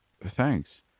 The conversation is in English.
Thanks